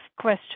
question